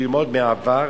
ללמוד מהעבר.